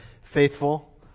faithful